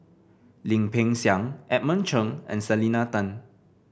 Lim Peng Siang Edmund Chen and Selena Tan